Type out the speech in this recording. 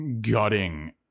gutting